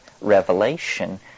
revelation